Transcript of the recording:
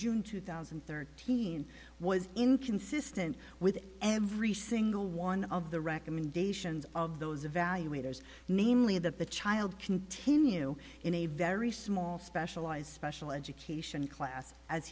june two thousand and thirteen was inconsistent with every single one of the recommendations of those evaluators namely that the child continue in a very small specialized special education class as